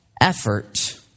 effort